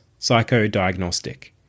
Psychodiagnostic